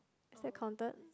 is that counted